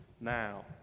now